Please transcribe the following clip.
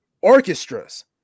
orchestras